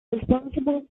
responsible